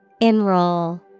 Enroll